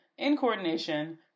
incoordination